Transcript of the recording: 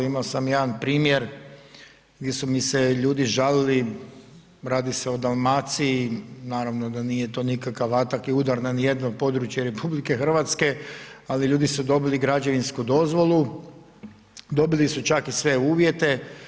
Imao sam jedan primjer gdje su mi se ljudi žalili, radi se o Dalmaciji, naravno da nije to nikakav atak i udar niti na jedno područje Republike Hrvatske, ali ljudi su dobili građevinsku dozvolu, dobili su čak i sve uvjete.